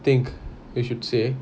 I think you should say